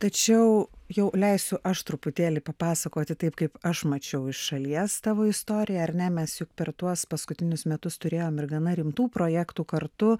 tačiau jau leisiu aš truputėlį papasakoti taip kaip aš mačiau iš šalies tavo istoriją ar ne mes juk per tuos paskutinius metus turėjom ir gana rimtų projektų kartu